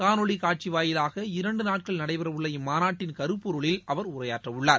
காணொலிகாட்சிவாயிலாக இரண்டுநாட்கள் நடைபெறஉள்ள இம்மாநாட்டின் கருப்பொருளில் அவர் உரையாற்றஉள்ளார்